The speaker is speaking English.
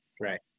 Right